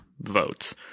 votes